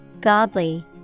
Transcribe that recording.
Godly